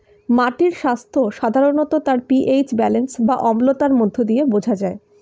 মাটির স্বাস্থ্য সাধারণত তার পি.এইচ ব্যালেন্স বা অম্লতার মধ্য দিয়ে বোঝা যায়